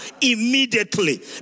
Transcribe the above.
immediately